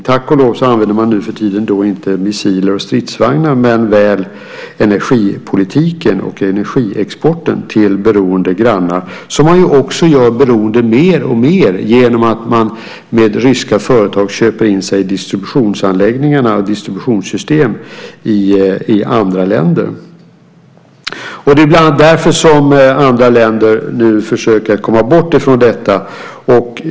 Tack och lov använder man nu för tiden inte missiler och stridsvagnar men väl energipolitik och energiexport till beroende grannar som man ju gör mer och mer beroende genom att man med ryska företag köper in sig i distributionsanläggningar och distributionssystem i andra länder. Det är bland annat därför andra länder nu försöker komma bort från detta.